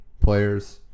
players